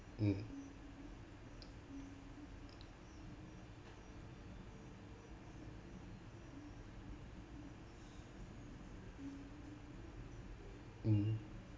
mm mm